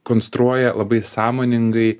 konstruoja labai sąmoningai